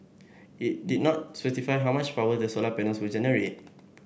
it it not specify how much power the solar panels will generate